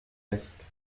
است